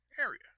area